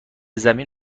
زمین